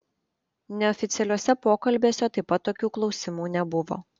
neoficialiuose pokalbiuose taip pat tokių klausimų nebuvo